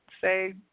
say